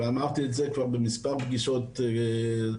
ואמרתי את זה כבר במספר פגישות אלה הדרישות.